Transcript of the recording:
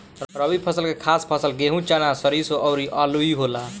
रबी फसल के खास फसल गेहूं, चना, सरिसो अउरू आलुइ होला